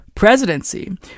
presidency